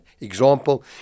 Example